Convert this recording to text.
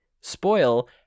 spoil